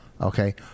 Okay